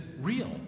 real